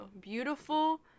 Beautiful